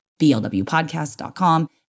blwpodcast.com